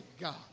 God